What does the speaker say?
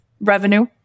revenue